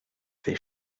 fait